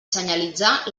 senyalitzar